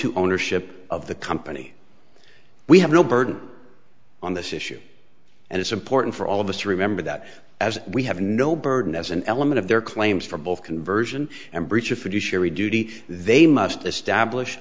to ownership of the company we have no burden on this issue and it's important for all of us to remember that as we have no burden as an element of their claims for both conversion and breach of fiduciary duty they must establish